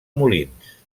molins